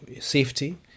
safety